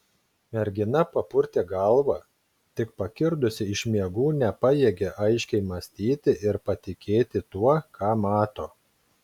mergina papurtė galvą tik pakirdusi iš miegų nepajėgė aiškiai mąstyti ir patikėti tuo ką mato